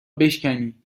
بشکنی